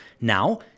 Now